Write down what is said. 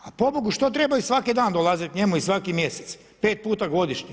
A pobogu što trebaju svaki dan dolaziti k njemu i svaki mjesec, pet puta godišnje?